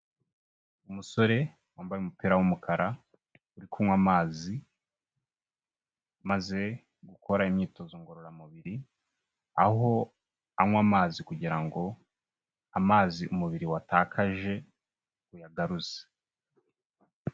Umusore wambaye umupira w'umukara uri kunywa amazi, amaze gukora imyitozo ngororamubiri, aho anywa amazi kugira ngo amazi umubiri watakaje uyagaruze.